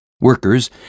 Workers